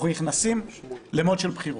אנחנו נכנסים ל-mode של בחירות,